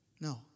No